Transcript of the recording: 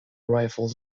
rifles